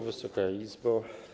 Wysoka Izbo!